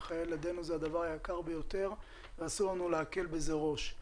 חיי ילדינו זה הדבר היקר ביותר ואסור לנו להקל בזה ראש.